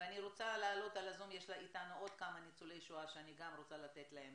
ואני רוצה להעלות בזום עוד כמה ניצולי שואה שאני רוצה לתת להם